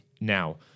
Now